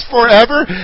forever